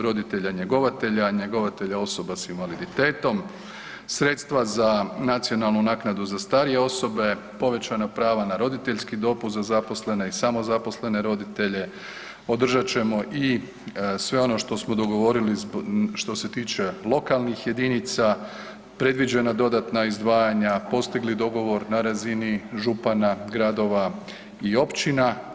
roditelja njegovatelja, njegovatelja osoba s invaliditetom, sredstva za nacionalnu naknadu za starije osobe, povećana prava na roditeljski dopust za zaposlene i samozaposlene roditelje, održat ćemo i sve ono što smo dogovorili što se tiče lokalnih jedinica predviđena dodatna izdvajanja, postigli dogovor na razini župana, gradova i općina.